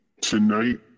tonight